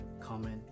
comment